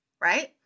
right